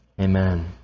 Amen